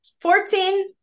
Fourteen